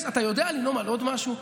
אתה יודע לנאום על עוד משהו?